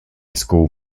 school